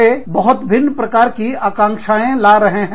वे बहुत भिन्न प्रकार की आकांक्षाएं ला रहे हैं